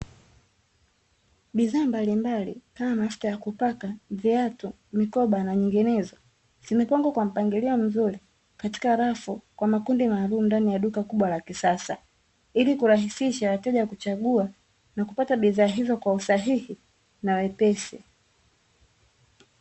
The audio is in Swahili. Bidhaa mbalimbali kama mafuta ya kupaka, viatu, mikoba na nyinginezo zimepangwa kwa mpangilio mzuri katika rafu kwa makundi maalum ndani ya duka kubwa la kisasa, ili kurahisisha wateja kuchagua na kupata bidhaa hizo kwa usahihi na wepesi.